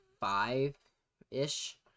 five-ish